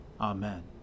Amen